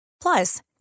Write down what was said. Plus